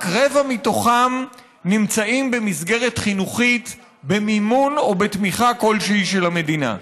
רק רבע מתוכם נמצאים במסגרת חינוכית במימון או בתמיכה כלשהי של המדינה.